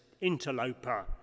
interloper